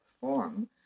perform